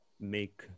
make